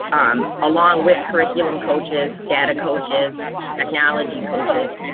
um along with curriculum coaches data coaches technology coaches,